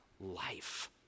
life